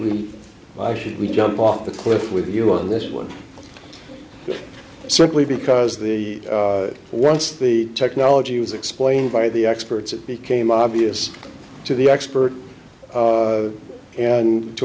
we should we jump off a cliff with you on this one simply because the once the technology was explained by the experts it became obvious to the experts and to